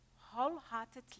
wholeheartedly